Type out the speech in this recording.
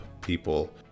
people